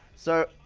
so.